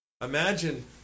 Imagine